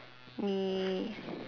me